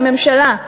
הממשלה,